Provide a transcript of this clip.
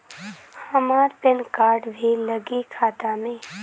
हमार PAN card भी लगी खाता में?